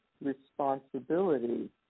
responsibility